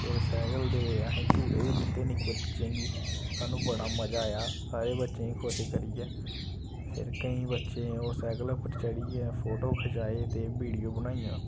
फिर सैकल दे असें झूह्टे बी दित्ते निक्के बच्चें गी सानूं बड़ा मजा आया सारे बच्चें गी खुश करियै फिर केईं बच्चें ओह् सैकल उप्पर चढ़ियै फोटो खचाऐ ते वीडियो बनाइयां